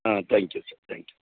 ah thank you sir thank you